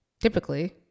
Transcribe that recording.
Typically